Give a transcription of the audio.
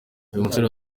musore